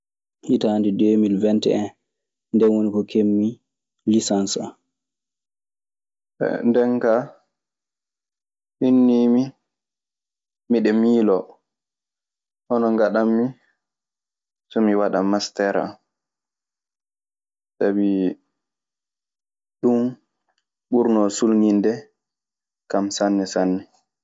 Hitaande deemil wen te'en nden woni ko kemmi lisense am. So nden kaa kinniimi miɗe miiloo hono ngaɗammi so mi waɗa masteer.